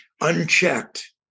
Unchecked